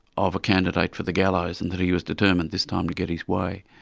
of a candidate for the gallows, and that he was determined this time to get his way.